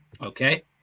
okay